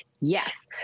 Yes